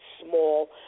small